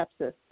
sepsis